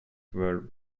were